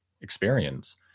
experience